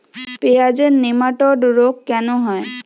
পেঁয়াজের নেমাটোড রোগ কেন হয়?